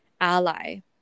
ally